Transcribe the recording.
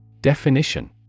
Definition